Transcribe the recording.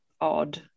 odd